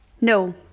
No